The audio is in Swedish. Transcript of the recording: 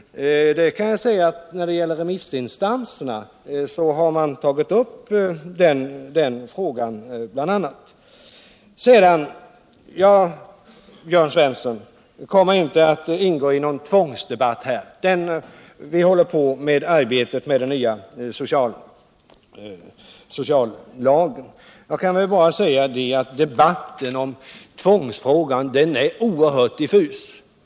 I fråga om remissinstanserna har man bl.a. tagit upp den frågan. Jag kommer inte, Jörn Svensson, att ingå i någon tvångsdebatt här. Vi håller på med arbetet med den nya sociallagen. Jag kan bara säga att debatten om tvångsfrågan är oerhört diffus.